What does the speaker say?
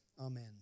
Amen